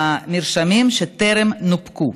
המרשמים שטרם נופקו.